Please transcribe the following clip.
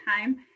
time